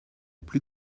plus